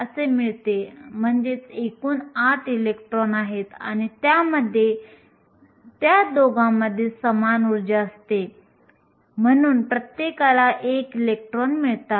आपण पाहिले की सिलिकॉनमध्ये इलेक्ट्रॉनची गतिशीलता सुमारे 1350 cm2 V 1 s 1 होती हे सिलिकॉनसाठी आहे